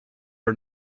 are